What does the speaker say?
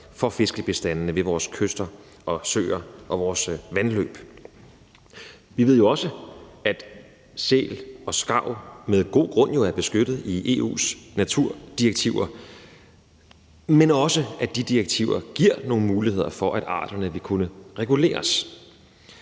for fiskebestandene ved vores kyster og søer og vores vandløb. Vi ved jo også, at sæl og skarv med god grund er beskyttet i EU's naturdirektiver, men også at de direktiver giver nogle muligheder for, at arterne vil kunne reguleres.